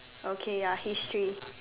okay ya history